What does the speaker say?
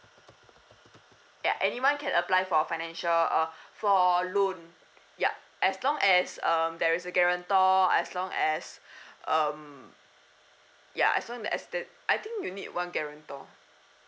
ya anyone can apply for a financial uh for loan ya as long as um there is a guarantor as long as um ya as long as that I think you need one guarantor